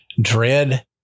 dread